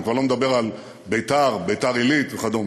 אני כבר לא מדבר על ביתר, ביתר-עילית וכדומה.